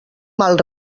mal